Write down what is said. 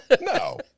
no